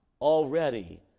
already